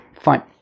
fine